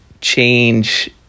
change